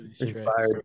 inspired